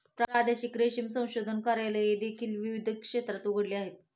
प्रादेशिक रेशीम संशोधन कार्यालये देखील विविध क्षेत्रात उघडली आहेत